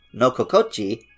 Nokokochi